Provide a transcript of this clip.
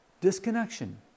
disconnection